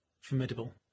formidable